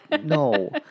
no